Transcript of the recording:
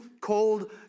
called